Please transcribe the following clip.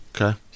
okay